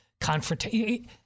confrontation